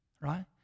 Right